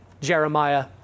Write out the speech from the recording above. Jeremiah